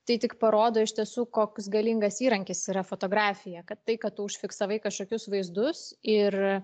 tai tik parodo iš tiesų koks galingas įrankis yra fotografija kad tai kad tu užfiksavai kažkokius vaizdus ir